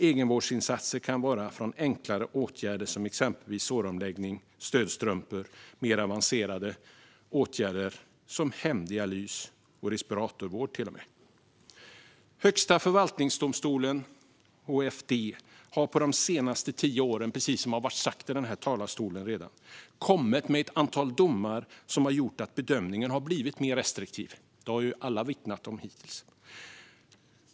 Egenvårdsinsatser kan vara alltifrån enklare åtgärder, exempelvis såromläggning och påtagning av stödstrumpor, till mer avancerade åtgärder som hemdialys och till och med respiratorvård. Högsta förvaltningsdomstolen, HFD, har de senaste tio åren, som redan sagts här i talarstolen, kommit med ett antal domar som har gjort att bedömningen har blivit mer restriktiv. Det har ju alla vittnat om hittills.